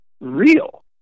real